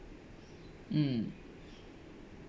mm